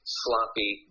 sloppy